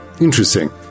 Interesting